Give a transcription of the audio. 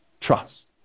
trust